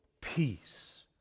peace